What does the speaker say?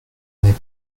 n’est